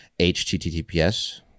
HTTPS